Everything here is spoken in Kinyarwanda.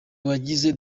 bagize